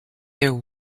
there